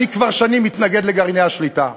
אני כבר שנים מתנגד לגרעיני השליטה,